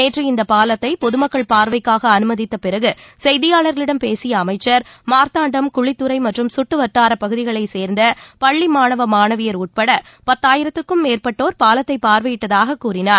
நேற்று இந்தப் பாலத்தை பொது மக்கள் பார்வைக்கு அனுமதித்த பிறகு செய்தியாளர்களிடம் பேசிய அமைச்சர் மார்த்தாண்டம் குழித்துறை மற்றும் சுற்றுவட்டாரப் பகுதிகளைச் சேர்ந்த பள்ளி மாணவ மாணவியர் உட்பட பத்தாயிரத்திற்கும் மேற்பட்டோர் பாலத்தை பார்வையிட்டதாகக் கூறினார்